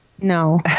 No